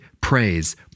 praise